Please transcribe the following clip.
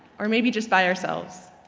or maybe just by ourselves?